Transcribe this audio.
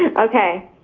okay.